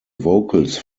vocals